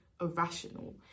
irrational